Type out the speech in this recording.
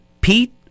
Pete